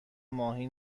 ماهی